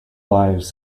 lives